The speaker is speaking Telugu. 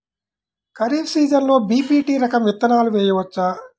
ఖరీఫ్ సీజన్లో బి.పీ.టీ రకం విత్తనాలు వేయవచ్చా?